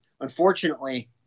unfortunately